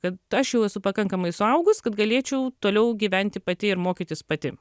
kad aš jau esu pakankamai suaugus kad galėčiau toliau gyventi pati ir mokytis pati